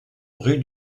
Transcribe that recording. rue